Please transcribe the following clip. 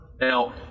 Now